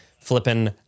flipping